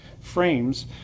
frames